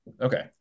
Okay